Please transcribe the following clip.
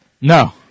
No